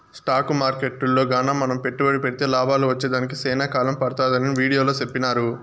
stock మార్కెట్టులో గాన మనం పెట్టుబడి పెడితే లాభాలు వచ్చేదానికి సేనా కాలం పడతాదని వీడియోలో సెప్పినారు